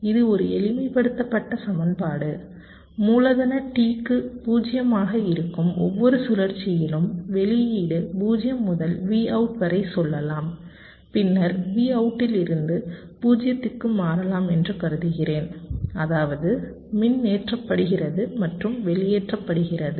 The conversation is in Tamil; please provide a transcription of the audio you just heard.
இது ஒரு எளிமைப்படுத்தப்பட்ட சமன்பாடு மூலதன T க்கு 0 ஆக இருக்கும் ஒவ்வொரு சுழற்சியிலும் வெளியீடு 0 முதல் Vout வரை சொல்லலாம் பின்னர் Vout இலிருந்து 0 க்கு மாறலாம் என்று கருதுகிறேன் அதாவது மின்னேற்றப்படுகிறது மற்றும் வெளியேற்றப்படுகிறது